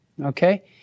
okay